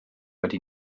wedi